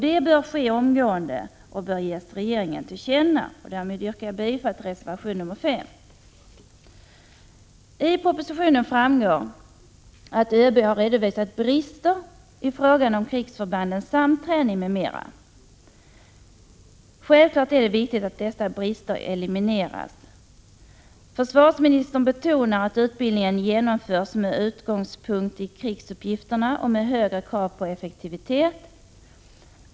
Detta bör ske omgående och bör ges regeringen till känna. Därmed yrkar jag bifall till reservation 5. Av propositionen framgår att ÖB har redovisat brister i fråga om krigsförbandens samträning m.m. Självfallet är det viktigt att dessa brister elimineras. Försvarsministern betonar att utbildningen genomförs med utgångspunkt i krigsuppgifterna och med högre krav på effektivitet.